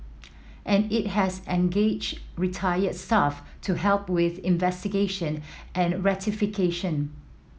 and it has engaged retired staff to help with investigation and rectification